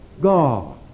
God